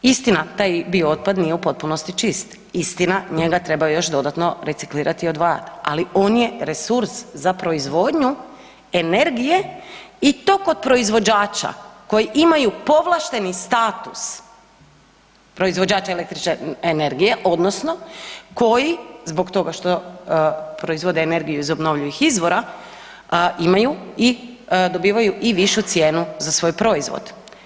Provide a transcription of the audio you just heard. Istina, taj biootpad nije u potpunosti čist, istina njega treba još dodatno reciklirat i odvajat, ali on je resurs za proizvodnju energije i to kod proizvođača koji imaju povlašteni status proizvođača električne energije odnosno koji zbog toga što proizvode energiju iz obnovljivih izvora imaju i, dobivaju i višu cijenu za svoj proizvod.